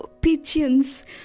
pigeons